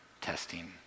testing